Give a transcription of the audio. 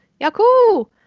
Yaku